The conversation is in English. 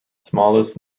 smallest